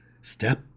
Step